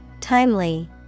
Timely